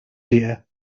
deer